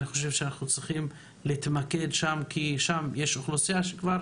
אני חושב שאנחנו צריכים להתמקד שם כי יש שם אוכלוסייה שכבר